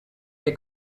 nie